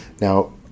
Now